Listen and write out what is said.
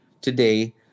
today